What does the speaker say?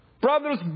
Brothers